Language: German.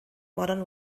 modern